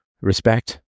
respect